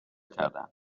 کردند